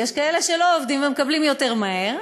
ויש כאלה שלא עובדים ומקבלים יותר מהר,